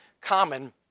common